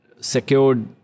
secured